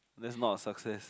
that's not a success